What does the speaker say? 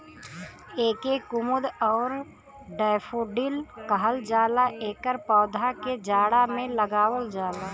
एके कुमुद आउर डैफोडिल कहल जाला एकर पौधा के जाड़ा में लगावल जाला